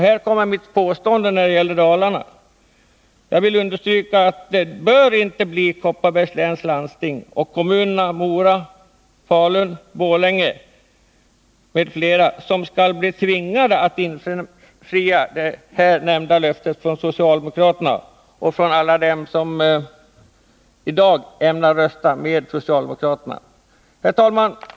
Jag vill understryka att det för Dalarnas del inte bör bli Kopparbergs läns landsting och kommunerna Mora, Falun, Borlänge m.fl. som tvingas infria detta löfte från socialdemokraterna och från alla dem som i dag ämnar rösta med socialdemokraterna. Herr talman!